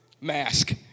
Mask